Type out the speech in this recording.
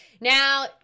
Now